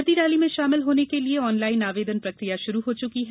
भर्ती रैली में शामिल होने के लिए ऑनलाईन आवेदन प्रकिया शुरू हो चुकी है